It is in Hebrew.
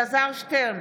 אלעזר שטרן,